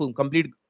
complete